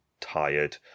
tired